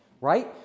right